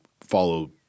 follow